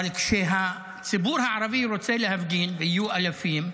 אבל כשהציבור הערבי רוצה להפגין, והיו אלפים,